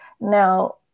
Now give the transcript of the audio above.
Now